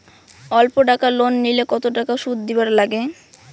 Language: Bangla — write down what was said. অল্প টাকা লোন নিলে কতো টাকা শুধ দিবার লাগে?